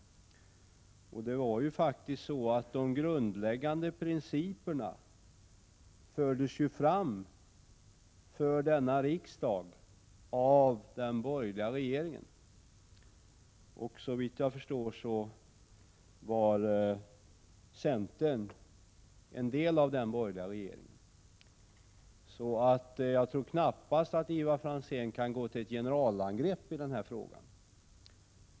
De grundläggande principerna fördes faktiskt fram för denna riksdag av den borgerliga regeringen. Såvitt jag förstår var centern en del av den borgerliga regeringen. Jag tror knappast att Ivar Franzén kan gå till ett generalangrepp i den här frågan.